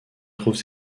trouve